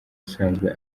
usanzwe